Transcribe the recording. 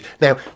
Now